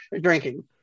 drinking